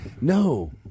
No